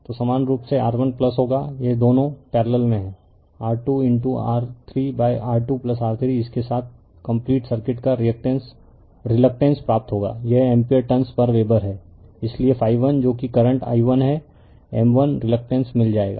तो समान रूप से R1 होगा यह दोनों पैरेलल में हैं R2R3R2R3 इसके साथ कम्पलीट सर्किट का रिलक्टेंस प्राप्त होगा यह एम्पीयर टर्नस पर वेबर है इसलिए ∅1 जो कि करंट i1 है m1 रिलक्टेंस मिल जाएगा